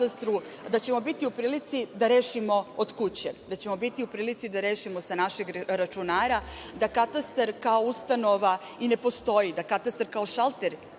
da ćemo biti u prilici da rešimo od kuće, da ćemo biti u prilici da rešimo sa našeg računara, da Katastar kao ustanova i ne postoji i da Katastar kao šalter